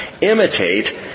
imitate